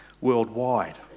worldwide